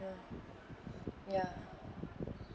ya ya